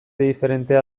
diferentea